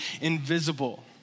invisible